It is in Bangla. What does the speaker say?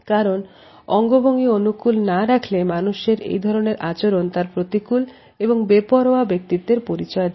কারণ অঙ্গভঙ্গি অনুকূল না রাখলে মানুষের এই ধরনের আচরণ তার প্রতিকূল এবং বেপরোয়া ব্যক্তিত্বের পরিচয় দেয়